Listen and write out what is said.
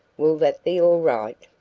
will that be all right?